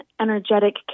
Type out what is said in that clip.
energetic